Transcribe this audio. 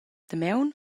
damaun